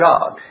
God